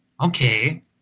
okay